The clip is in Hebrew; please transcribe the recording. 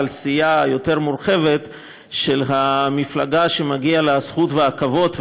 אבל סיעה יותר מורחבת של המפלגה שמגיעים לה הזכות והכבוד,